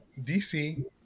DC